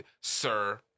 Sir